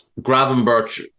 Gravenberch